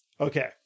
Okay